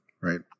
Right